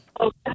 Okay